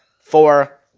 four